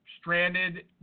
stranded